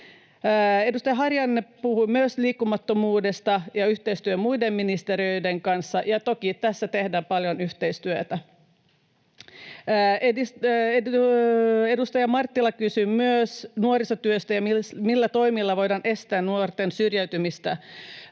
edustaja Harjanne puhui liikkumattomuudesta ja yhteistyöstä muiden ministeriöiden kanssa, ja toki tässä tehdään paljon yhteistyötä. Myös edustaja Marttila kysyi nuorisotyöstä, millä toimilla voidaan estää nuorten syrjäytymistä.